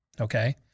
okay